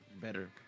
Better